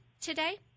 today